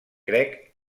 crec